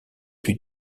plus